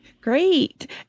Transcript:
Great